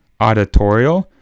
auditorial